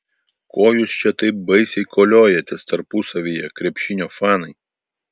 ko jūs čia taip baisiai koliojatės tarpusavyje krepšinio fanai